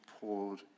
poured